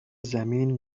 زمین